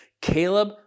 Caleb